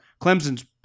Clemson's